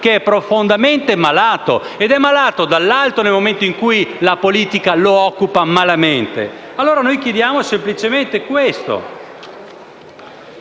che è profondamente malato ed è malato dall'alto nel momento in cui la politica lo occupa malamente. Noi chiediamo semplicemente questo: